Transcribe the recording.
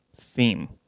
theme